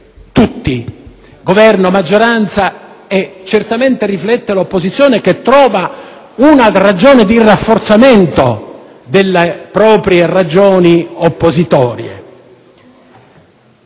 tutti, Governo, maggioranza; e certamente rifletta l'opposizione che trova una ragione di rafforzamento delle proprie ragioni oppositorie.